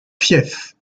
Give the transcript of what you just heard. fief